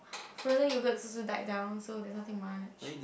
frozen yoghurts also dies down so there's nothing much